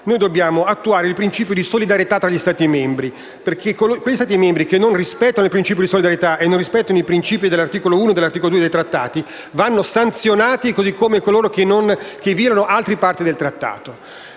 Noi dobbiamo attuare il principio di solidarietà tra gli Stati membri e quegli Stati che non rispettano tale principio e non rispettano i principi contenuti nell'articolo 1 e nell'articolo 2 del Trattato vanno sanzionati come coloro che violano altri punti del Trattato.